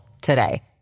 today